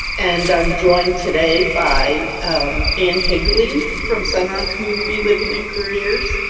and i'm joined today by anne higley from center on community living and careers,